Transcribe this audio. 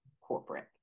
corporate